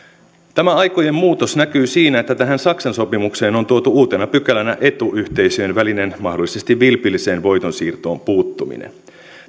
tämä aikojen muutos näkyy siinä että tähän saksan sopimukseen on tuotu uutena pykälänä etuyhteisöjen välinen mahdollisesti vilpilliseen voitonsiirtoon puuttuminen